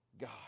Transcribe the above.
God